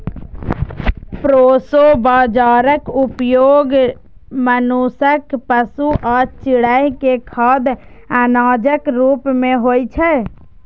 proso बाजाराक उपयोग मनुक्ख, पशु आ चिड़ै के खाद्य अनाजक रूप मे होइ छै